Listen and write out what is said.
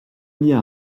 mit